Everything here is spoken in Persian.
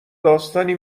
داستانی